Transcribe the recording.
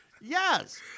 Yes